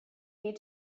need